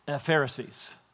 Pharisees